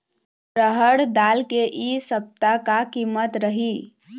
रहड़ दाल के इ सप्ता का कीमत रही?